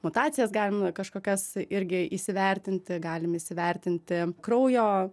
mutacijas galima kažkokias irgi įsivertinti galim įsivertinti kraujo